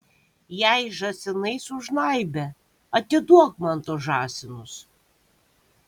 jei žąsinai sužnaibė atiduok man tuos žąsinus